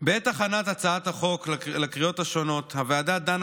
בעת הכנת הצעת החוק לקריאות השונות הוועדה דנה